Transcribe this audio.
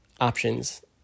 options